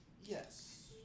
Yes